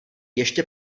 ještě